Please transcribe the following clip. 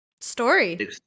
story